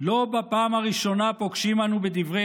"לא בפעם הראשונה פוגשים אנו בדברי